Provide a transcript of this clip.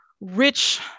rich